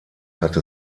hatte